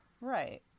Right